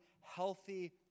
healthy